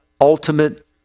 ultimate